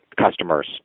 customers